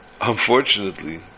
unfortunately